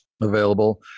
available